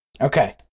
Okay